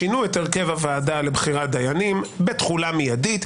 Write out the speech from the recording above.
שינו את הרכב הוועדה לבחירת דיינים בתחולה מידית.